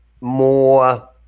more